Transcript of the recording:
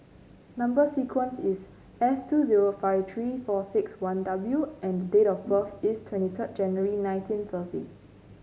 number sequence is S two zero five three four six one W and date of birth is twenty third January nineteen thirty